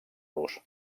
los